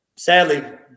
Sadly